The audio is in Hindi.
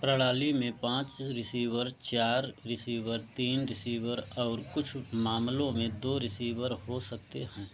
प्रणाली में पाँच रिसीवर चार रिसीवर तीन रिसीवर और कुछ मामलों में दो रिसीवर हो सकते हैं